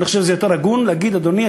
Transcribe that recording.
אני חושב שזה יותר הגון להגיד: אדוני,